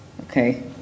Okay